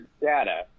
data